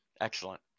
excellent